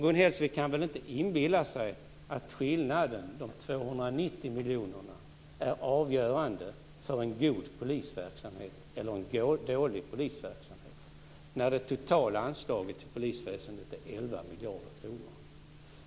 Gun Hellsvik kan väl inte inbilla sig att skillnaden, 290 miljoner, är avgörande för om det blir en god eller en dålig polisverksamhet när det totala anslaget till polisväsendet uppgår till 11 miljarder kronor.